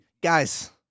guys